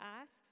asks